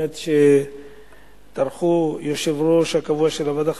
שבאמת טרחו: היושב-ראש הקבוע של הוועדה,